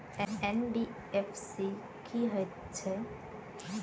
NBFC की हएत छै?